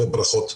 וברכות.